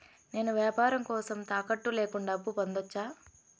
నేను వ్యాపారం కోసం తాకట్టు లేకుండా అప్పు పొందొచ్చా?